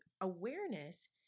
awareness